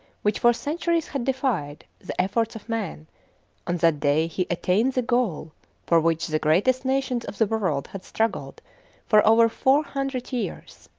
which for centuries had defied the efforts of man on that day he attained the goal for which the greatest nations of the world had struggled for over four hundred years.